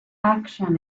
action